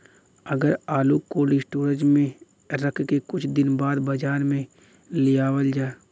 अगर आलू cold storage में रख के कुछ दिन बाद बाजार में लियावल जा?